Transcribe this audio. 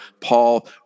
Paul